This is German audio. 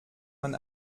man